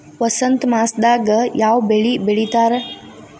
ವಸಂತ ಮಾಸದಾಗ್ ಯಾವ ಬೆಳಿ ಬೆಳಿತಾರ?